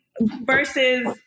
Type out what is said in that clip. versus